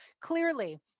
Clearly